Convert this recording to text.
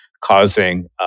causing